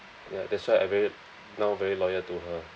ya that's why I very now very loyal to her